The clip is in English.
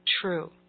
true